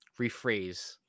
rephrase